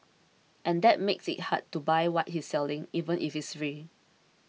and that makes it hard to buy what he's selling even if it's free